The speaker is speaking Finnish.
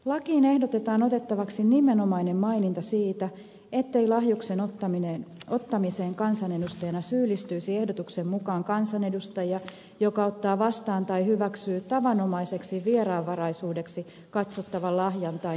lakiin ehdotetaan otettavaksi nimenomainen maininta siitä ettei lahjuksen ottamiseen kansanedustajana syyllistyisi ehdotuksen mukaan kansanedustaja joka ottaa vastaan tai hyväksyy tavanomaiseksi vieraanvaraisuudeksi katsottavan lahjan tai muun edun